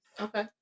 Okay